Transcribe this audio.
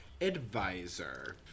advisor